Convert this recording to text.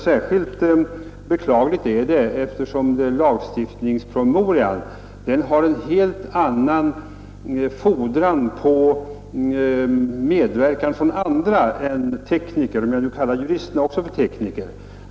Särskilt beklagligt är detta eftersom lagstiftningspromemorian har en helt annan fordran på medverkan från andra än tekniker — om jag nu kallar också juristerna för tekniker.